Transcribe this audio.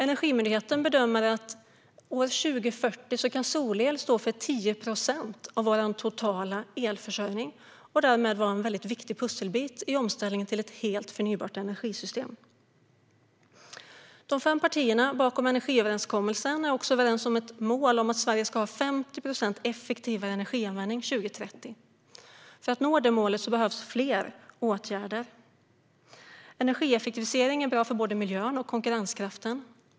Energimyndigheten bedömer att solel kan stå för 10 procent av vår totala elförsörjning år 2040 och därmed vara en väldigt viktig pusselbit i omställningen till ett helt förnybart energisystem. De fem partierna bakom energiöverenskommelsen är överens om ett mål om att Sverige ska ha 50 procent effektivare energianvändning 2030. För att nå det målet behövs det fler åtgärder. Energieffektivisering är bra för både miljön och konkurrenskraften.